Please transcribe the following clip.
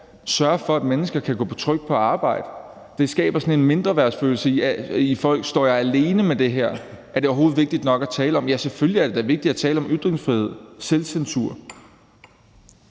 sørge for, at mennesker kan gå trygt på arbejde. Det skaber sådan en mindreværdsfølelse i folk: Står jeg alene med det her? Er det overhovedet vigtigt nok at tale om? Ja, selvfølgelig er det da vigtigt at tale om ytringsfrihed, selvcensur.